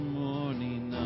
morning